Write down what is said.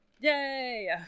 Yay